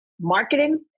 marketing